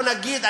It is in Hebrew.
בוא נגיד,